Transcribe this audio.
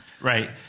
Right